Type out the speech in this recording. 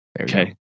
Okay